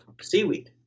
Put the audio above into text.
seaweed